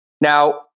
Now